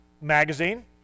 magazine